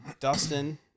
Dustin